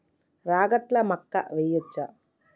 రాగట్ల మక్కా వెయ్యచ్చా?